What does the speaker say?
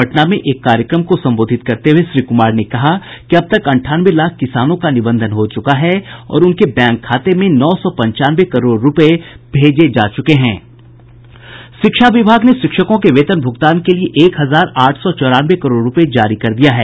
पटना में एक कार्यक्रम को संबोधित करते हुए श्री कुमार ने कहा कि अब तक अंठानवे लाख किसानों का निबंधन हो चुका है और उनके बैंक खाते में नौ सौ पंचानवे करोड़ रूपये भेजे गये हैं शिक्षा विभाग ने शिक्षकों के वेतन भूगतान के लिए एक हजार आठ सौ चौरानवे करोड़ रूपये जारी कर दिया है